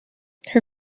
her